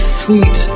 sweet